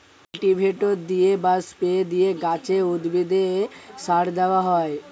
cultivator দিয়ে বা spray দিয়ে গাছে, উদ্ভিদে সার দেওয়া হয়